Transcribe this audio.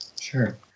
sure